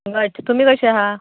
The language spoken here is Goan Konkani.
घट्ट तुमी कशे आसा